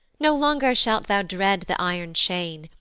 no longer shalt thou dread the iron chain,